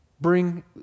bring